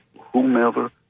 whomever